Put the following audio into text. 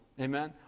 Amen